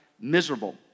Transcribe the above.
miserable